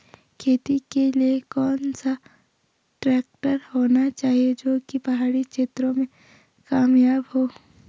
खेती के लिए कौन सा ट्रैक्टर होना चाहिए जो की पहाड़ी क्षेत्रों में कामयाब हो?